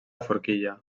forquilla